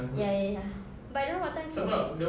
ya ya ya but I don't know what time it close